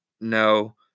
No